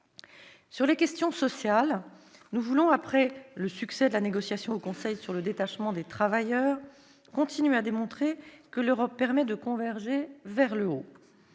Sur les questions sociales, après le succès de la négociation au Conseil sur le détachement des travailleurs, nous voulons continuer à démontrer que l'Europe permet de converger vers le haut.